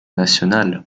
national